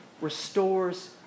restores